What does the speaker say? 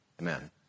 Amen